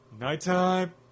nighttime